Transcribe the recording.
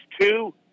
two